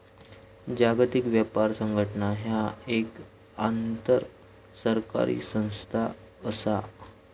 जागतिक व्यापार संघटना ह्या एक आंतरसरकारी संस्था असा